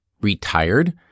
retired